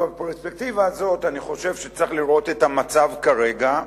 בפרספקטיבה הזאת אני חושב שצריך לראות את המצב כרגע.